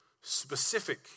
specific